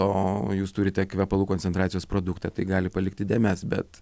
o jūs turite kvepalų koncentracijos produktą tai gali palikti dėmes bet